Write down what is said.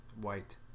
white